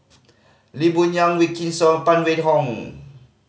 Lee Boon Yang Wykidd Song Phan Wait Hong